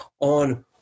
on